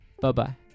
bye-bye